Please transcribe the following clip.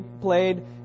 played